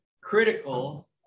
critical